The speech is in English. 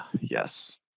yes